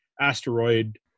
asteroid